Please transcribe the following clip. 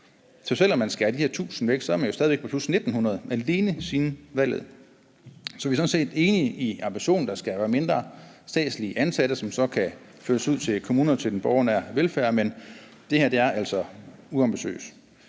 Så selv om man skærer de her 1.000 væk, er man stadig væk på plus 1.900 alene siden valget. Vi er sådan set enige i ambitionen om, at der skal være færre statsligt ansatte, så pengene kan føres ud til kommunerne til den borgernære velfærd. Men det her er altså uambitiøst.